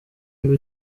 iba